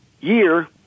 year